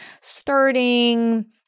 starting